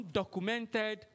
documented